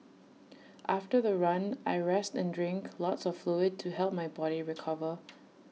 after the run I rest and drink lots of fluid to help my body recover